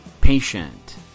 Patient